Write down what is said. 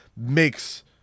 makes